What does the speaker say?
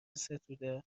ستوده